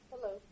Hello